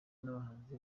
n’abahanzi